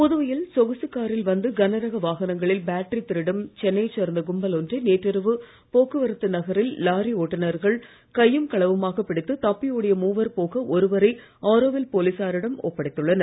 புதுவையில் சொகுசுக் காரில் வந்து கனரக வாகனங்களில் பேட்டரி திருடும் சென்னையைச் சேர்ந்த கும்பல் ஒன்றை நேற்றிரவு போக்குவரத்து நகரில் லாலி ஓட்டுனர்கள் கையும் களவுமாகப் பிடித்து தப்பி ஓடிய மூவர் போக ஒருவரை ஆரோவில் போலீசாரிடம் ஒப்படைத்துள்ளனர்